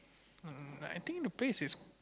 um I think the place is